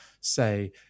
say